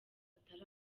atari